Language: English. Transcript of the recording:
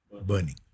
burning